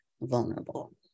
vulnerable